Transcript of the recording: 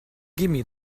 gimme